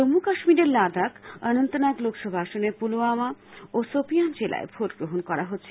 জম্মু কাশ্মীরের লাদাখ অনন্তনাগ লোকসভা আসনের পূলওয়ামা ও সোপিয়ান জেলায় ভোটগ্রহণ করা হচ্ছে